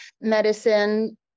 medicine